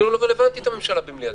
חמישה אנשים חושבים ------ זו לא הממשלה.